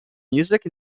music